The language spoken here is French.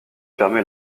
permet